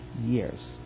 years